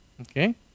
Okay